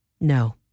No